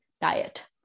diet